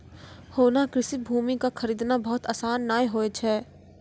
होना कृषि भूमि कॅ खरीदना बहुत आसान नाय होय छै